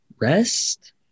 rest